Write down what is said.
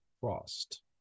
Frost